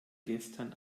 gestern